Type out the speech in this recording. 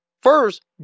first